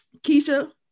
keisha